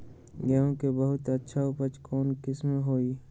गेंहू के बहुत अच्छा उपज कौन किस्म होई?